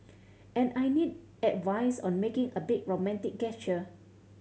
and I need advice on making a big romantic gesture